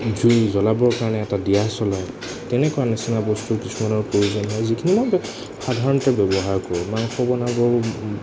জুই জ্বলাবৰ কাৰণে এটা দিয়াচলায় তেনেকুৱা নিচিনা বস্তু কিছুমানৰ প্ৰয়োজন হয় যিখিনি মই সাধাৰণতে ব্যৱহাৰ কৰোঁ মাংস বনাব